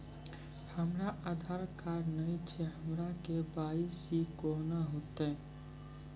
हमरा आधार कार्ड नई छै हमर के.वाई.सी कोना हैत?